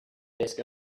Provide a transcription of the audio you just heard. desk